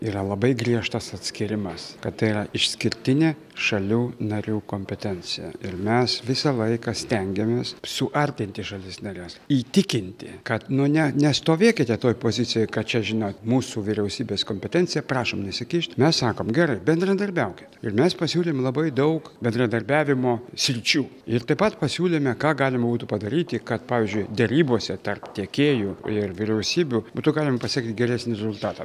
yra labai griežtas atskyrimas kad tai yra išskirtinė šalių narių kompetencija ir mes visą laiką stengiamės suartinti šalis nares įtikinti kad nu ne nestovėkite toj pozicijoj kad čia žinot mūsų vyriausybės kompetencija prašom nesikišt mes sakom gerai bendradarbiaukit ir mes pasiūlėm labai daug bendradarbiavimo sričių ir taip pat pasiūlėme ką galima būtų padaryti kad pavyzdžiui derybose tarp tiekėjų ir vyriausybių būtų galima pasiekti geresnį rezultatą